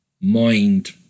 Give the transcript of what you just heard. mind